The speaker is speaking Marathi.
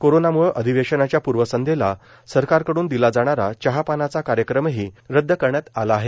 कोरोनाम्ळे अधिवेशनाच्या पर्वसंध्येला सरकारकडून दिला जाणारा चहापानाचा कार्यक्रमही रदद करण्यात आला आहे